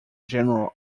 general